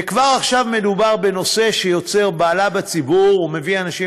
וכבר עכשיו מדובר בנושא שיוצר בהלה בציבור ומביא אנשים